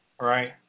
right